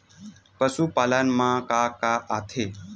पशुपालन मा का का आथे?